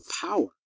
power